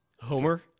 Homer